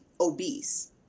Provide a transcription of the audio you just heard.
obese